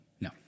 No